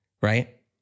right